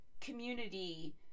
community